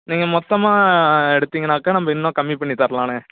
நீங்கள் மொத்தமாக எடுத்திங்கனாக்க நம்ம இன்னும் கம்மி பண்ணி தரலாண்ணே